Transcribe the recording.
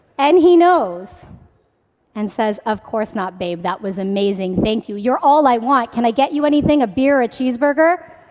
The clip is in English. and he knows and says, of course not, babe, that was amazing, thank you. you're all i want. can i get you anything, a beer or a cheeseburger?